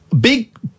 Big